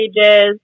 pages